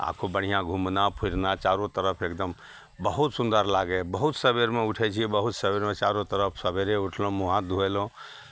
आ खूब बढ़िआँ घूमना फिरना चारू तरफ एकदम बहुत सुन्दर लागैए बहुत सवेरमे उठै छी बहुत सवेरमे चारू तरफ सवेरे उठलहुँ मुँह हाथ धुएलहुँ